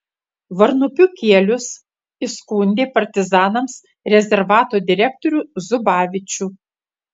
varnupių kielius įskundė partizanams rezervato direktorių zubavičių